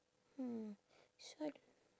mm so I d~